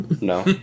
no